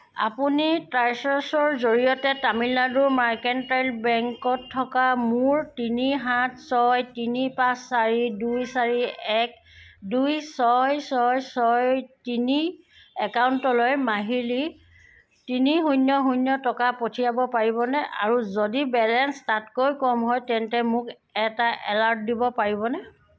আপুনি ট্ৰাইচাৰ্ছৰ জৰিয়তে তামিলনাডু মাৰ্কেণ্টাইল বেংকত থকা মোৰ তিনি সাত ছয় তিনি পাঁচ চাৰি দুই চাৰি এক দুই ছয় ছয় ছয় তিনি একাউণ্টলৈ মাহিলী তিনি শূন্য শূন্য টকা পঠিয়াব পাৰিবনে আৰু যদি বেলেঞ্চ তাতকৈ কম হয় তেন্তে মোক এটা এলাৰ্ট দিব পাৰিবনে